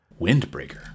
Windbreaker